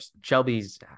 Shelby's